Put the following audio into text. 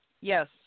Yes